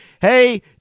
Hey